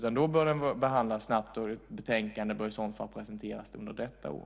Den bör behandlas snabbt, och ett betänkande bör i så fall presenteras under detta år.